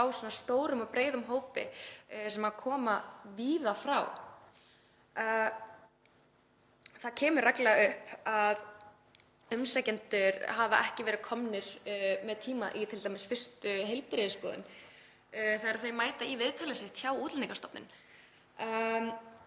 frá svona stórum og breiðum hópi sem kemur víða að. Það kemur reglulega upp að umsækjendur hafi ekki verið komnir með tíma í t.d. fyrstu heilbrigðisskoðun þegar þeir mæta í viðtalið sitt hjá Útlendingastofnun.